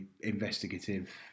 investigative